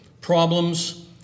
problems